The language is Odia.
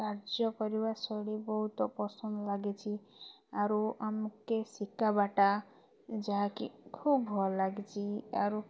କାର୍ଯ୍ୟ କରିବା ଶୈଳୀ ବହୁତ ପସନ୍ଦ ଲାଗିଛି ଆରୁ ଆମକେ ସିକାବଟା ଯାହାକି ଖୁବ ଭଲ୍ ଲାଗିଚି ଆରୁ